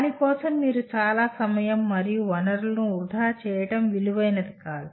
దాని కోసం మీరు చాలా సమయం మరియు వనరులను వృధా చేయడం విలువైనది కాదు